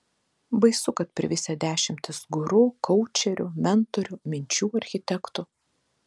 baisu kad privisę dešimtys guru koučerių mentorių minčių architektų